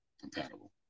compatible